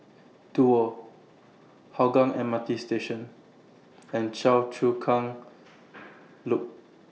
Duo Hougang M R T Station and Choa Chu Kang Loop